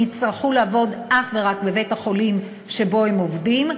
הם יצטרכו לעבוד אך ורק בבית-החולים שבו הם עובדים,